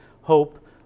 hope